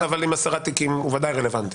אבל עם 10 תיקים הוא בוודאי רלוונטי.